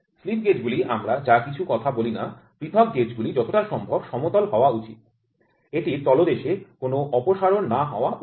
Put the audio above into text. slip gauge গুলি আমরা যা কিছু কথা বলিনা পৃথক গেজগুলি যতটা সম্ভব সমতল হওয়া উচিত এটির তলদেশে কোনও অপসারণ না হওয়া উচিত